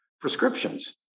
prescriptions